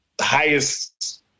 highest